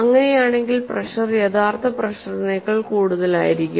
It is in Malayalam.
അങ്ങനെയാണെങ്കിൽ പ്രെഷർ യഥാർത്ഥ പ്രെഷറിനെക്കാൾ കൂടുതലായിരിക്കും